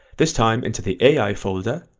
this time into the ai folder,